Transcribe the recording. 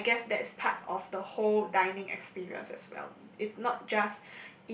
and I guess that's part of the whole dining experience as well if not just